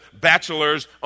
bachelors